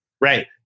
Right